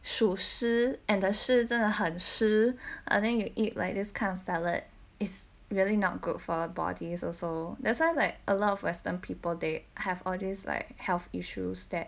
暑湿 and the 湿真的很湿 I think you eat like this kind of salad is really not good for our bodies also that's why like a lot of western people they have all this like health issues that